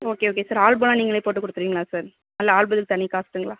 okay okay sir album நீங்களே போட்டு கொடுத்துருவிங்ளா சார் இல்லை ஆல்பத்துக்கு தனி காஸ்ட்டுங்களா